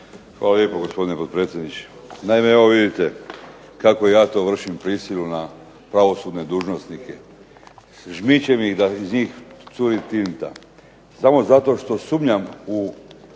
Hvala lijepo gospodine potpredsjedniče. Naime, evo vidite kako ja to vršim prisilu na pravosudne dužnosnike. Žmičem da iz njih curi tinta, samo zato što sumnjam u